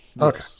Okay